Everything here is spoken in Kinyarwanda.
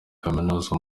kaminuza